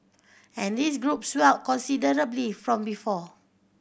and this group swelled considerably from before